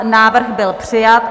Návrh byl přijat.